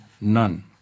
none